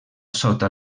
sota